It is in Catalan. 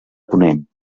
ponent